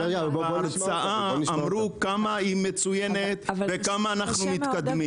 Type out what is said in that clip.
הרצאה שאמרו כמה היא מצוינת וכמה אנחנו מתקדמים.